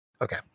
Okay